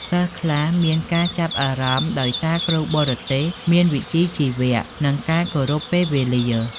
សិស្សខ្លះមានការចាប់អារម្មណ៍ដោយសារគ្រូបរទេសមានវិជ្ជាជីវៈ និងគោរពពេលវេលា។